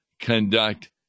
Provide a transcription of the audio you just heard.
conduct